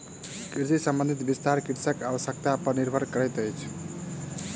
कृषि संबंधी विस्तार कृषकक आवश्यता पर निर्भर करैतअछि